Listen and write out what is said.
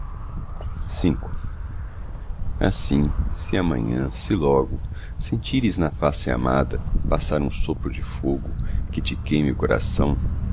sonhar assim se amanhã se logo sentires na face amada passar um sopro de fogo que te queime o coração